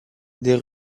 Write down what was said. des